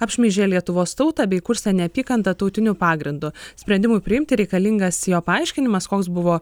apšmeižė lietuvos tautą bei kurstė neapykantą tautiniu pagrindu sprendimui priimti reikalingas jo paaiškinimas koks buvo